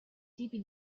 tipi